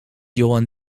johann